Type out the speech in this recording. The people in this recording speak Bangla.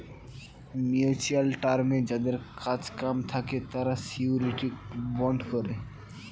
মিউচুয়াল টার্মে যাদের কাজ কাম থাকে তারা শিউরিটি বন্ড করে